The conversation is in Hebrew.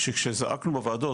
כשזעקנו בוועדות,